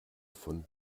von